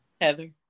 Heather